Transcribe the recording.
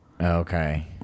Okay